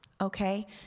okay